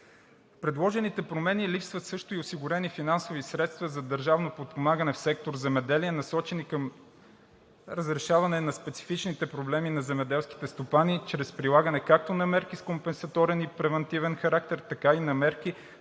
предложените промени липсват също и осигурени финансови средства за държавно подпомагане в сектор „Земеделие“, насочени към разрешаване на специфичните проблеми на земеделските стопани чрез прилагане както на мерки с компенсаторен и превантивен характер, така и на мерки